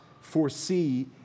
foresee